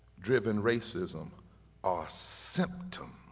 driven racism are symptoms,